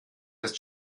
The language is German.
ist